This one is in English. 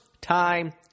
time